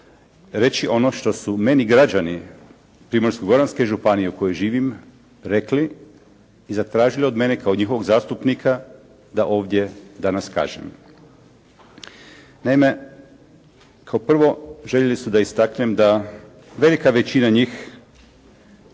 reći ono što su meni građani Primorsko-goranske županije u kojoj živim rekli i zatražili od mene kao njihovog zastupnika da ovdje danas kažem. Naime, kao prvo, željeli su da istaknem da velika većina njih